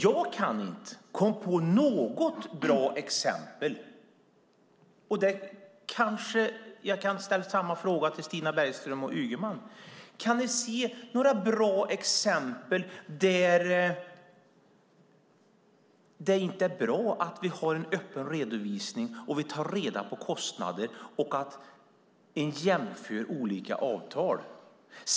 Jag kan inte komma på något bra exempel, så jag kanske kan ställa samma fråga till Stina Bergström och Ygeman: Kan ni se några bra exempel där det inte är bra att vi har en öppen redovisning, tar reda på kostnader och jämför olika avtal?